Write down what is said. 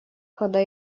когда